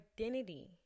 identity